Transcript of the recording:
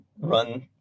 run